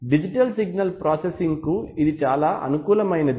digital signal processing కు ఇది చాలా అనుకూలమైనది